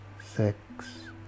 six